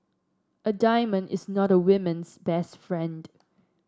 a diamond is not a woman's best friend